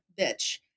Bitch